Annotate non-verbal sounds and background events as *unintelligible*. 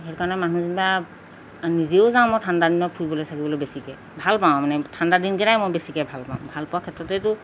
সেইকাৰণে মানুহ *unintelligible* নিজেও যাওঁ মই ঠাণ্ডা দিনত ফুৰিবলৈ চুৰিবলৈ বেছিকৈ ভাল পাওঁ মানে ঠাণ্ডা দিনকেইটাই মই বেছিকৈ ভাল পাওঁ ভাল পোৱা ক্ষেত্ৰতেতো